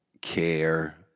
care